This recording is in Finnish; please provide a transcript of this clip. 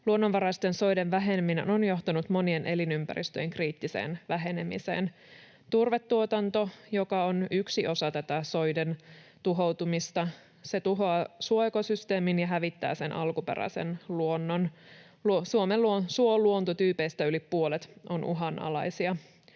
Luonnonvaraisten soiden väheneminen on johtanut monien elinympäristöjen kriittiseen vähenemiseen. Turvetuotanto, joka on yksi osa tätä soiden tuhoutumista, tuhoaa suoekosysteemin ja hävittää sen alkuperäisen luonnon. Suomen suoluontotyypeistä yli puolet on uhanalaisia,